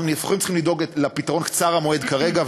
אנחנו צריכים לדאוג לפתרון קצר המועד כרגע,